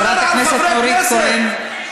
חברת הכנסת נורית קורן.